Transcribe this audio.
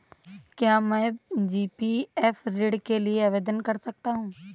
क्या मैं जी.पी.एफ ऋण के लिए आवेदन कर सकता हूँ?